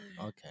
okay